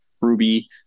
Ruby